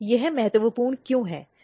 यह महत्वपूर्ण क्यों है